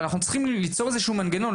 אבל אנחנו צריכים למצוא איזשהו מנגנון.